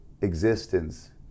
existence